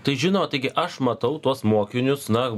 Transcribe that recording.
tai žinot taigi aš matau tuos mokinius na